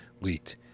leaked